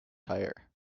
tyre